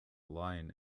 lying